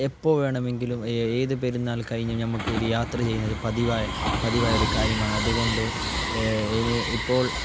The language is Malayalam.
എപ്പോൾ വേണമെങ്കിലും ഏത് പെരുന്നാൾ കഴിഞ്ഞ് നമ്മക്കൊരു യാത്ര ചെയ്യുന്നത് പതിവായൊരു കാര്യമാണ് അത് കൊണ്ട് ഇനി ഇപ്പോൾ